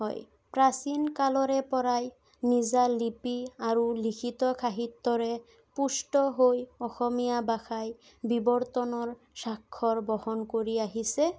হয় প্ৰাচীন কালৰে পৰাই নিজা লিপি আৰু লিখিত সাহিত্যৰে পুষ্ট হৈ অসমীয়া ভাষাই বিৱৰ্তনৰ স্বাক্ষৰ বহন কৰি আহিছে